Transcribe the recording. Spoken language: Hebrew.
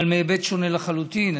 אבל מהיבט שונה לחלוטין.